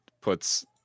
puts